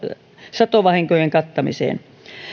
satovahinkojen kattamiseksi